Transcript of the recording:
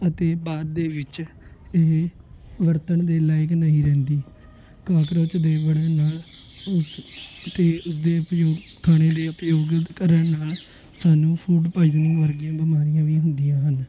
ਅਤੇ ਬਾਅਦ ਦੇ ਵਿੱਚ ਇਹ ਵਰਤਣ ਦੇ ਲਾਇਕ ਨਹੀਂ ਰਹਿੰਦੀ ਕੋਕਰੋਚ ਦੇ ਵੜਨ ਨਾਲ ਉਸ 'ਤੇ ਉਸਦੇ ਉਪਯੋਗ ਖਾਣੇ ਦੇ ਉਪਯੋਗ ਕਰਨ ਨਾਲ ਸਾਨੂੰ ਫੂਡ ਪੋਈਜ਼ਿੰਨਗ ਵਰਗੀਆਂ ਬਿਮਾਰੀਆਂ ਵੀ ਹੁੰਦੀਆਂ ਹਨ